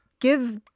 give